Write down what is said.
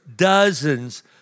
Dozens